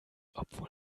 obwohl